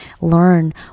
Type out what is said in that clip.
learn